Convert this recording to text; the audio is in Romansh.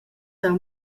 han